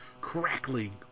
crackling